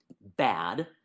bad